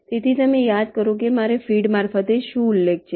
તેથી યાદ કરો મારે ફીડ મારફતે શું ઉલ્લેખ છે